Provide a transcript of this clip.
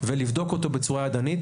ולבדוק אותו בצורה ידנית.